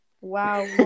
Wow